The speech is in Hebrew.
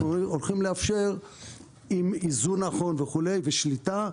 אנחנו הולכים לאפשר עם איזון נכון וכו' ושליטה,